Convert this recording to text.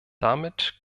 damit